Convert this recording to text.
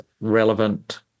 relevant